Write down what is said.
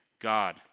God